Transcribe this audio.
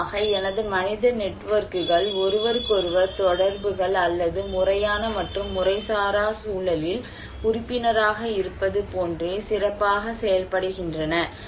நிச்சயமாக எனது மனித நெட்வொர்க்குகள் ஒருவருக்கொருவர் தொடர்புகள் அல்லது முறையான மற்றும் முறைசாரா குழுவில் உறுப்பினராக இருப்பது போன்றே சிறப்பாக செயல்படுகின்றன